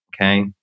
okay